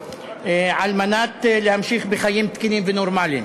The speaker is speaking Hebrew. על מנת להמשיך בחיים תקינים ונורמליים